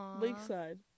Lakeside